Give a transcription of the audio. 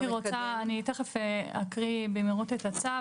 תיכף אקרא את הצו,